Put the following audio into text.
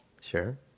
sure